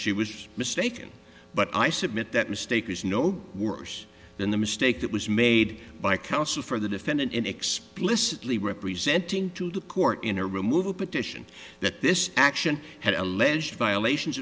was mistaken but i submit that mistake is no worse than the mistake that was made by counsel for the defendant in explicitly representing to the court in a removal petition that this action had alleged violations